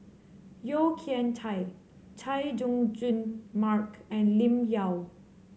Yeo Kian Chai Chay Jung Jun Mark and Lim Yau